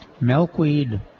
milkweed